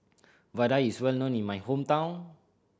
vadai is well known in my hometown